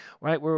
right